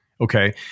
Okay